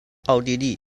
奥地利